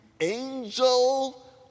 angel